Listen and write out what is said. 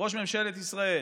ראש ממשלת ישראל